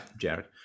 jared